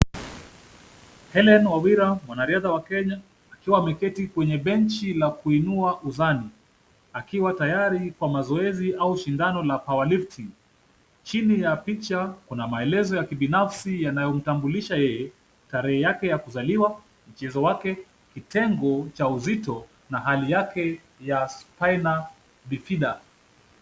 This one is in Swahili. Helen Wawera mwanariadha wa Kenya akiwa ameketi kwenye benchi la kuinua mizani, akiwa tayari kwa mazoezi au shindano la powerlifting . Chini ya picha, kuna maelezo ya kibinafsi yanayomtambulisha yeye, tarehe yake kuzaliwa, mchezo wake, kitengo cha uzito, na hali yake Spina Bifida.